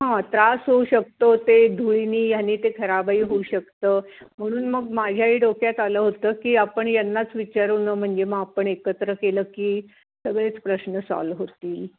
हां त्रास होऊ शकतो ते धुळीने ह्याने ते खराबही होऊ शकतं म्हणून मग माझ्याही डोक्यात आलं होतं की आपण यांनाच विचारू नं म्हणजे मग आपण एकत्र केलं की सगळेच प्रश्न सॉल्व होतील